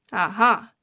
aha!